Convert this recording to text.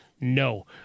No